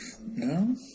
no